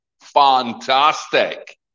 Fantastic